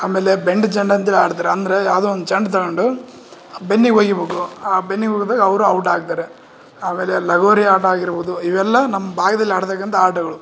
ಆಮೇಲೆ ಬೆಂಡ್ ಚೆಂಡ್ ಅಂತೇಳಿ ಆಡ್ತಾರೆ ಅಂದರೆ ಯಾವುದೊ ಒಂದು ಚೆಂಡು ತಗೊಂಡು ಬೆನ್ನಿಗೆ ಒಯ್ಬೇಕು ಆ ಬೆನ್ನಿಗೆ ಒಗ್ದಾಗ ಅವರು ಔಟ್ ಆಗ್ತಾರೆ ಆಮೇಲೆ ಲಗೋರಿ ಆಟ ಆಗಿರ್ಬೌದು ಇವೆಲ್ಲ ನಮ್ಮ ಭಾಗ್ದಲ್ಲಿ ಆಡತಕ್ಕಂಥ ಆಟಗಳು